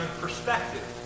perspective